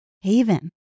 haven